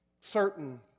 certain